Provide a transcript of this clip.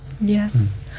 Yes